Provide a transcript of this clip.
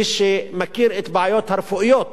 מי שמכיר את הבעיות הרפואיות